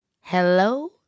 Hello